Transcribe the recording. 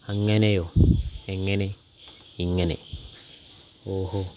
അങ്ങനെയോ എങ്ങനെ ഇങ്ങനെ ഓഹോ